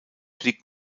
liegt